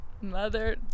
mother